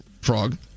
Frog